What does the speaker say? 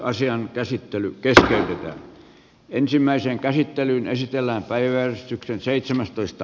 asian käsittely keskeytetään